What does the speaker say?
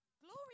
Glory